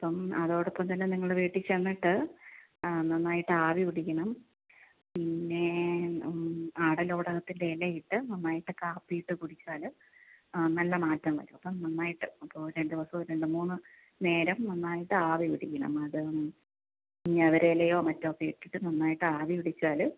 അപ്പം അതോടൊപ്പം തന്നെ നിങ്ങൾ വീട്ടിൽ ചെന്നിട്ട് നന്നായിട്ട് ആവിപിടിക്കണം പിന്നെ ആടലോടകത്തിൻറെ ഇലയിട്ട് നന്നായിട്ട് കാപ്പിയിട്ട് കുടിച്ചാൽ നല്ല മാറ്റം വരും അപ്പം നന്നായിട്ട് ഇപ്പോൾ രണ്ടുദിവസം ഒരു രണ്ടു മൂന്ന് നേരം നന്നായിട്ട് ആവിപിടിക്കണം ഞവരയിലയോ മറ്റോ ഒക്കെ ഇട്ടിട്ട് നന്നായിട്ട് ആവിപിടിച്ചാൽ